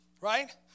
right